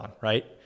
right